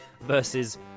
versus